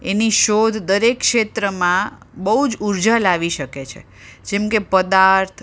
એની શોધ દરેક ક્ષેત્ર માં બહુ જ ઉર્જા લાવી શકે છે જેમ કે પદાર્થ